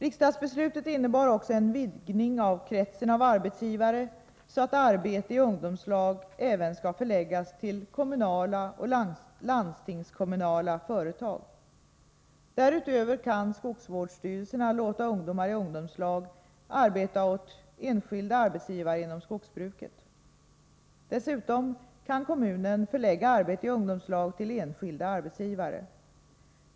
Riksdagsbeslutet innebar också en vidgning av kretsen av arbetsgivare, så att arbete i ungdomslag även skall förläggas till kommunala och landstingskommunala företag. Därutöver kan skogsvårdsstyrelserna låta ungdomar i ungdomslag arbeta åt enskilda arbetsgivare inom skogsbruket. Dessutom kan kommunen förlägga arbete i ungdomslag till enskilda arbetsgivare.